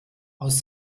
aus